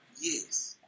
Yes